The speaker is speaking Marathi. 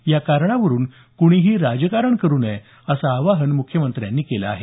या कारणावरुन कुणीही राजकारण करु नये असं आवाहन मुख्यमंत्र्यांनी केलं आहे